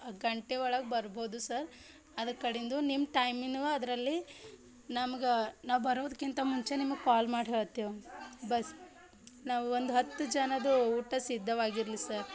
ಗಂಟೆ ಒಳಗೆ ಬರ್ಬೋದು ಸರ್ ಅದು ಕಡಿಂದು ನಿಮ್ಮ ಟೈಮೇನವ ಅದರಲ್ಲಿ ನಮ್ಗೆ ನಾವು ಬರೋದಕ್ಕಿಂತ ಮುಂಚೆ ನಿಮಗೆ ಕಾಲ್ ಮಾಡಿ ಹೇಳ್ತೇವೆ ಬಸ್ ನಾವು ಒಂದು ಹತ್ತು ಜನದ್ದು ಊಟ ಸಿದ್ಧವಾಗಿರಲಿ ಸರ್